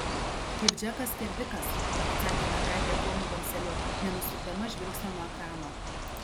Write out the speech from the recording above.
kaip džekas skerdikas atsakė mergaitė plonu balseliu nenusukdama žvilgsnio nuo ekrano